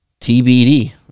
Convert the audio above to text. TBD